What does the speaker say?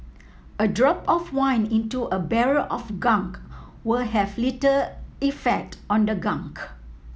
a drop of wine into a barrel of gunk will have little effect on the gunk